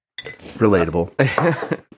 Relatable